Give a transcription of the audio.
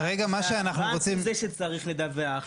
כרגע מה שאנחנו רוצים --- הבנק הוא זה שצריך לדווח,